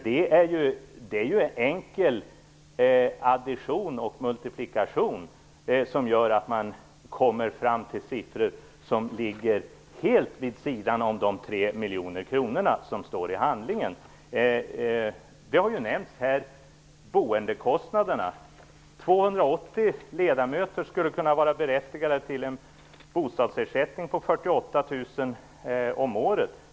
Det är ju enkel addition och multiplikation som gör att man kommer fram till siffror som ligger helt vid sidan av de tre miljoner kronor som står i handlingen. Boendekostnaderna har ju nämnts här. 280 ledamöter skulle kunna vara berättigade till en bostadsersättning på 48 000 om året.